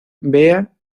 vea